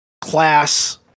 class